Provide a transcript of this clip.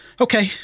Okay